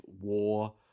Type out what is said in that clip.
war